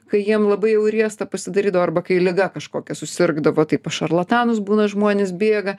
kai jiem labai jau riesta pasidarydavo arba kai liga kažkokia susirgdavo tai pas šarlatanus būna žmonės bėga